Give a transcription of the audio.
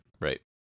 right